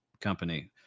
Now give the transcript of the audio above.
company